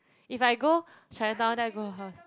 if I go Chinatown then I go her house